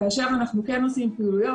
כאשר אנחנו כן עושים פעילויות.